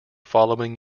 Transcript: following